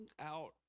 out